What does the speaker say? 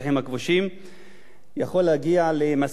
יכול להגיע למסקנה אחת ויחידה, כבוד השר,